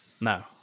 No